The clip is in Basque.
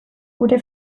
gure